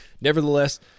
nevertheless